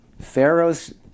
Pharaoh's